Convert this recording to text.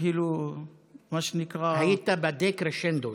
כאילו מה שנקרא --- היית בדה-קרשנדו.